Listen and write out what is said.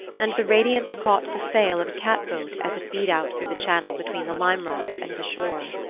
and the radiance caught the sail of a catboat as it beat out through the channel between the lime rock and the shore.